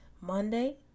Monday